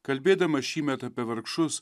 kalbėdamas šįmet apie vargšus